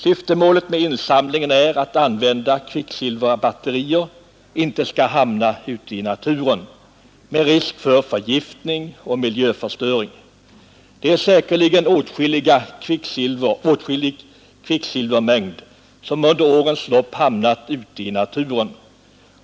Syftemålet med insamlingen är att hindra att använda kvicksilverbatterier hamnar ute i naturen med risk för förgiftning och miljöförstöring. Det är säkerligen åtskilligt kvicksilver som under årens lopp hamnat ute i naturen.